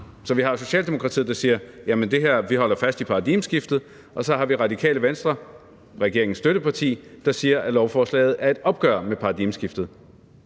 Så vi har Socialdemokratiet, der siger: Vi holder fast i paradigmeskiftet. Og så har vi i Radikale Venstre, regeringens støtteparti, der siger, at lovforslaget er et opgør med paradigmeskiftet.